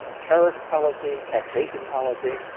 ah tariff policy, taxation policy,